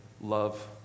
love